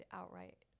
outright